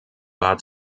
war